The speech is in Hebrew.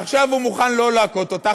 עכשיו הוא מוכן שלא להכות אותך,